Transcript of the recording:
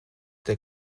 der